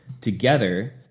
Together